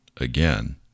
again